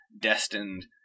destined